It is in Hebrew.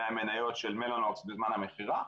מהמניות של מלאנוקס בזמן המכירה.